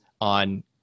on